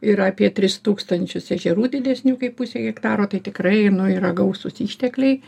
ir apie tris tūkstančius ežerų didesnių kaip pusė hektaro tai tikrai nu yra gausūs ištekliai